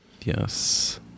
yes